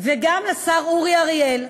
וגם לשר אורי אריאל,